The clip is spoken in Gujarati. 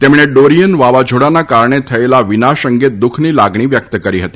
તેમણે ડોરીયન વાવાઝોડાના કારણે થયેલા વિનાશ અંગે દુઃખની લાગણી વ્યકત કરી હતી